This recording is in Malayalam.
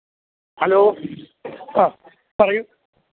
ഹലോ ആഹ് പറയൂ